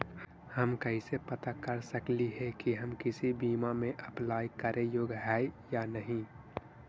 हम कैसे पता कर सकली हे की हम किसी बीमा में अप्लाई करे योग्य है या नही?